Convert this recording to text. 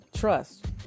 Trust